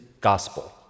gospel